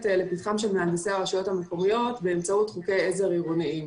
לפתחם של מהנדסי הרשויות המקומיות באמצעות חוקי עזר עירוניים.